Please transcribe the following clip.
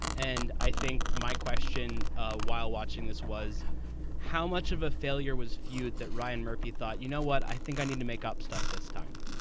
and i think my question ah while watching this was how much of a failure was feud that ryan murphy thought? you know what? i think i need to make up stuff this time.